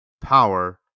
power